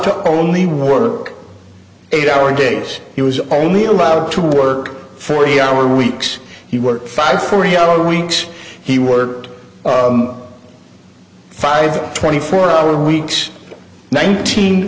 to only work eight hour days he was only allowed to work forty hour weeks he worked five forty hour weeks he worked five twenty four hour weeks nineteen